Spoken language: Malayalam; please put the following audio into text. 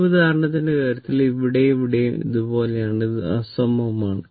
ഈ ഉദാഹരണത്തിന്റെ കാര്യത്തിൽ ഇവിടെയും ഇവിടെയും ഇത് പോലെയാണ് ഇത് അസമമാണ്